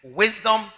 wisdom